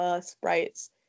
sprites